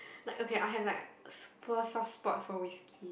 like okay I have like super poor soft spot for whiskey